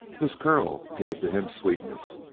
this curl gave to him sweetness,